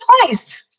place